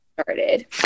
started